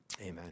Amen